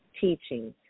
teachings